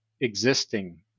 existing